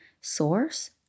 source